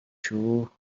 шүү